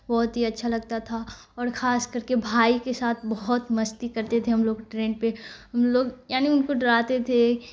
بہت ہی اچھا لگتا تھا اور خاص کر کے بھائی کے ساتھ بہت مستی کرتے تھے ہم لوگ ٹرین پہ ہم لوگ یعنی ان کو ڈراتے تھے